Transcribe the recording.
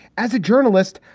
as a journalist,